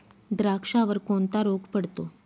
द्राक्षावर कोणता रोग पडतो?